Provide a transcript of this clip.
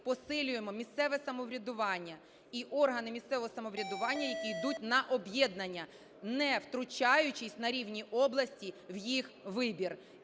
посилюємо місцеве самоврядування і органи місцевого самоврядування, які йдуть на об'єднання, не втручаючись на рівні області в їх вибір.